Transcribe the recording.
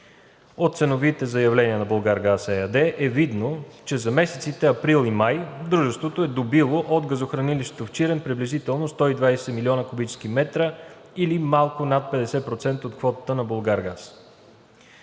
от ценовите заявления на „Булгаргаз“ ЕАД е видно, че за месеците април и май дружеството е добило от газохранилището в Чирен приблизително 120 млн. куб. м, или малко над 50% от квотата на „Булгаргаз“.